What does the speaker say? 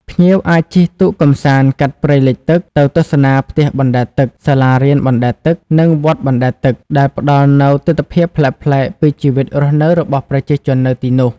ភ្ញៀវអាចជិះទូកកម្សាន្តកាត់ព្រៃលិចទឹក ទៅទស្សនាផ្ទះបណ្តែតទឹក សាលារៀនបណ្តែតទឹក និងវត្តបណ្តែតទឹក ដែលផ្តល់នូវទិដ្ឋភាពប្លែកៗពីជីវិតរស់នៅរបស់ប្រជាជននៅទីនោះ។